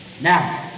Now